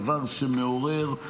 דבר שמעורר,